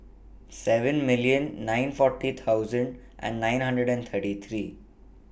seven million nine forty thousand and nine hundred and thirty three